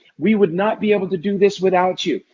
we would not be able to do this without you.